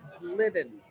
living